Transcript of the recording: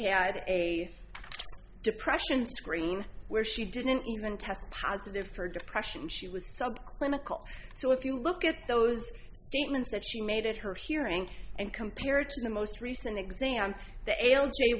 had a depression screening where she didn't even test positive for depression she was subclinical so if you look at those statements that she made at her hearing and compared to the most recent example the a